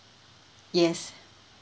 yes